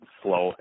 slow